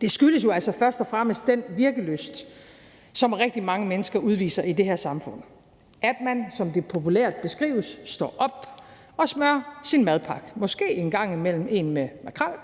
Det skyldes jo altså først og fremmest den virkelyst, som rigtig mange mennesker udviser i det her samfund: at man, som det populært beskrives, står op og smører sin madpakke – måske en gang imellem én med makrel